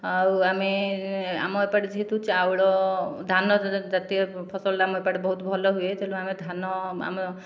ଆଉ ଆମେ ଆମ ଏପଟେ ଯେହେତୁ ଚାଉଳ ଧାନ ଜାତୀୟ ଫସଲଟା ଆମ ଏପଟେ ବହୁତ ଭଲ ହୁଏ ତେଣୁ ଆମେ ଧାନ ଆମ